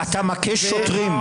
אתה מכה שוטרים.